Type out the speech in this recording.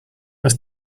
must